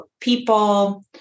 people